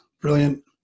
brilliant